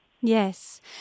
Yes